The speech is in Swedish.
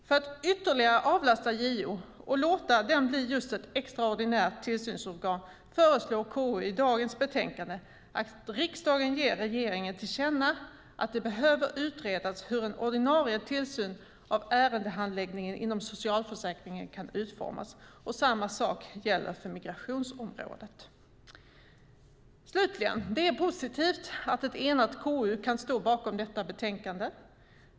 För att ytterligare avlasta JO och låta det bli just ett extraordinärt tillsynsorgan föreslår KU i dagens betänkande att riksdagen ger regeringen till känna att det behöver utredas hur en ordinarie tillsyn av ärendehandläggningen inom socialförsäkringen kan utformas. Samma sak gäller för migrationsområdet. Det är positivt att ett enat KU kan stå bakom detta betänkande.